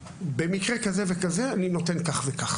במקרה כזה וכזה, אני נותן כך וכך.